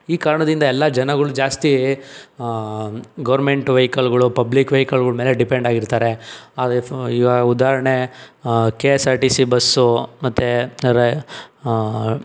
ಈ ಕಾರಣದಿಂದ ಎಲ್ಲ ಜನಗಳು ಜಾಸ್ತಿ ಗೌರ್ಮೆಂಟ್ ವೆಹಿಕಲ್ಗಳು ಪಬ್ಲಿಕ್ ವೆಹಿಕಲ್ಗಳ ಮೇಲೆ ಡಿಪೆಂಡ್ ಆಗಿರ್ತಾರೆ ಅಂದರೆ ಈವಾಗ ಉದಾಹರಣೆ K S R T C bus ಮತ್ತು ರ